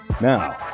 Now